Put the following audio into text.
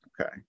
Okay